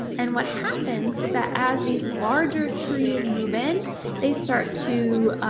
and, what happens is that as these larger trees move in they start to